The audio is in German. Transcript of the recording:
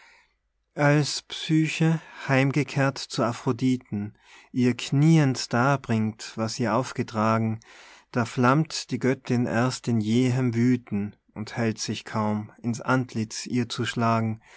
als psyche heimgekehrt zu aphroditen ihr knieend darbringt was ihr aufgetragen da flammt die göttin erst in jähem wüthen und hält sich kaum ins antlitz ihr zu schlagen